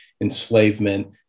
enslavement